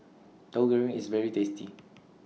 Tahu Goreng IS very tasty